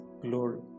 glory